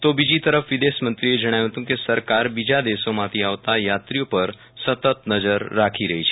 તો બીજી તરફ વિદેશમંત્રીએ જણાવ્યું હતું કે સરકાર બીજા દેશોમાંથી આવતા યાત્રીઓ પર સતત નજર રાખી રહી છે